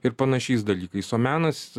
ir panašiais dalykais o menas